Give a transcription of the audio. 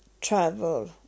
travel